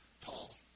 Paul